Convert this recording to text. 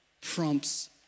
prompts